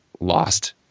Lost